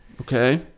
Okay